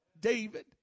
David